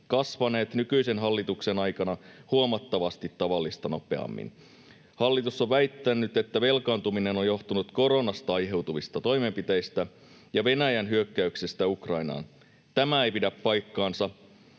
kasvaneet nykyisen hallituksen aikana huomattavasti tavallista nopeammin. Hallitus on väittänyt, että velkaantuminen on johtunut koronasta aiheutuvista toimenpiteistä ja Venäjän hyökkäyksestä Ukrainaan. Tämä ei pidä paikkaansa,